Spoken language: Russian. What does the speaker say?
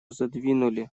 задвинули